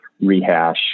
rehash